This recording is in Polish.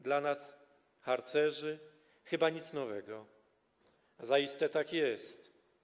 Dla nas, harcerzy, to chyba nic nowego, zaiste tak jest.